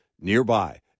nearby